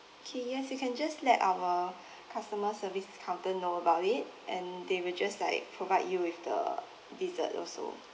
okay yes you can just let our customer service counter know about it and they will just like provide you with the dessert also